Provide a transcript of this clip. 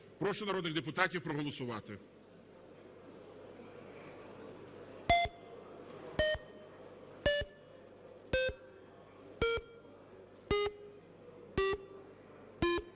Прошу народних депутатів проголосувати.